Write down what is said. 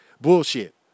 Bullshit